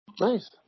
Nice